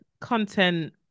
content